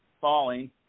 falling